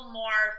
more